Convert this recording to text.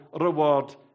reward